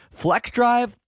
FlexDrive